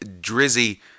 Drizzy